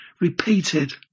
repeated